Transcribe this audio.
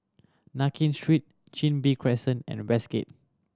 Nankin Street Chin Bee Crescent and Westgate